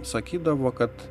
sakydavo kad